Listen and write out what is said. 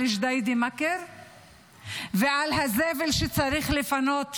ג'דיידה-מכר ועל הזבל שצריך לפנות שם?